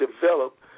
develop